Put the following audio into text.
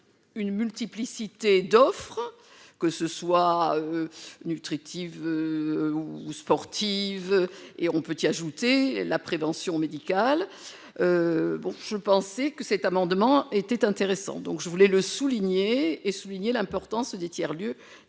une multiplicité d'offres que ce soit nutritive ou sportive et on peut y ajouter la prévention médicale, bon, je pensais que cet amendement était intéressant, donc je voulais le souligner et souligner l'importance des tiers-lieux